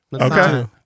Okay